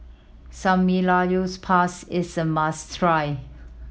samgeyopsal is a must try